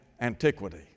antiquity